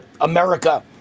America